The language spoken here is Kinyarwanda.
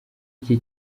iki